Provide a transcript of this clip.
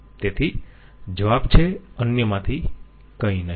તેથી જવાબ છે અન્યમાંથી કંઈ નહીં